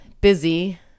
busy